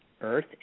Earth